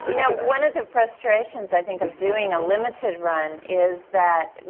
know, one of the frustrations, i think, of doing a limited run is that.